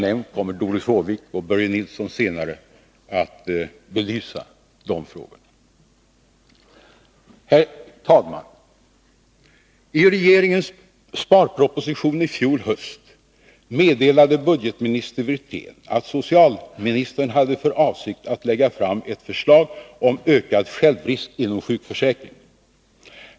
Doris Håvik och Börje Nilsson kommer senare att tala om detta. Herr talman! I regeringens sparproposition i fjol höst meddelade budgetminister Wirtén att socialministern hade för avsikt att lägga fram ett förslag om ”ökad självrisk inom sjukförsäkringen”.